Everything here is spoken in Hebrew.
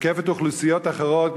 תוקפת אוכלוסיות אחרות,